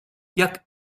jak